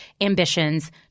ambitions